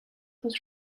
was